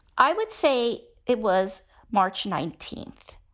i would say it was march nineteenth.